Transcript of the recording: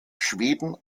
schweden